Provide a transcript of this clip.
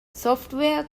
ސޮފްޓްވެއަރ